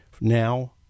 now